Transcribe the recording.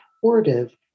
supportive